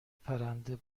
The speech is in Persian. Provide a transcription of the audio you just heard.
پرنده